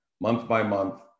month-by-month